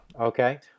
okay